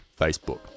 Facebook